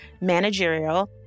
managerial